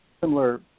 similar